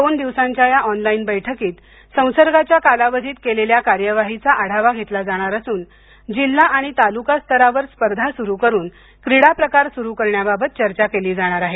दोन दिवसांच्या या ऑनलाईन बैठकीत संसर्गाच्या कालावधीत केलेल्या कार्यवाहीचा आढावा घेतला जाणार असून जिल्हा आणि तालुका स्तरावर स्पर्धा सुरू करून क्रीडा प्रकार सुरू करण्याबाबत चर्चा केली जाणार आहे